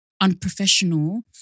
unprofessional